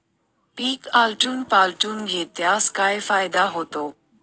पीक आलटून पालटून घेतल्यास काय फायदा होतो?